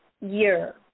year